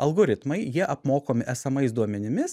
algoritmai jie apmokomi esamais duomenimis